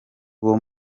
uwo